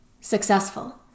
successful